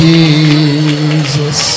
Jesus